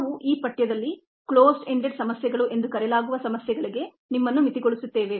ನಾವು ಈ ಪಠ್ಯದಲ್ಲಿ ಕ್ಲೋಸ್ಡ್ ಎಂಡೆಡ್ ಸಮಸ್ಯೆಗಳು ಎಂದು ಕರೆಯಲಾಗುವ ಸಮಸ್ಯೆಗಳಿಗೆ ನಮ್ಮನ್ನು ಮಿತಿಗೊಳಿಸುತ್ತೇವೆ